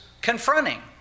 confronting